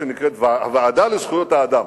שנקראת הוועדה לזכויות האדם,